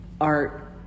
art